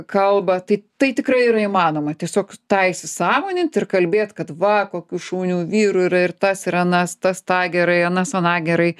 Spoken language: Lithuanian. kalba tai tai tikrai yra įmanoma tiesiog tą įsisąmonint ir kalbėt kad va kokių šaunių vyrų yra ir tas ir anas tas tą gerai anas aną gerai